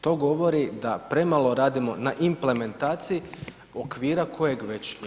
To govori da premalo radimo na implementaciji okvira kojeg već imamo.